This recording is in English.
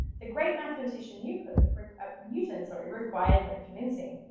the great mathematician euclid newton, sorry, required no convincing.